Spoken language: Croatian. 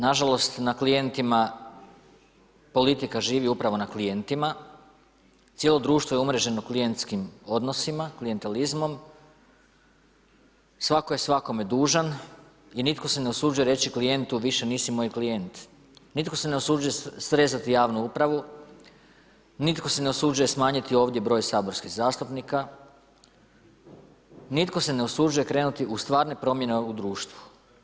Nažalost na klijentima politika živi upravo na klijentima, cijelo društvo je umreženo klijentskim odnosima, klijentalizmom, svatko je svakome dužan i nitko se ne usuđuje reći klijentu više nisi moj klijent, nitko se ne usuđuje srezati javnu upravu, nitko se ne usuđuje smanjiti ovdje broj saborskih zastupnika, nitko se ne usuđuje krenuti u stvarne promjene u društvu.